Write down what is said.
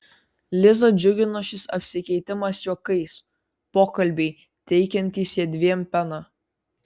lizą džiugino šis apsikeitimas juokais pokalbiai teikiantys jiedviem peno